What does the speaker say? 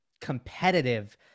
competitive